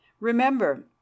remember